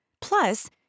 Plus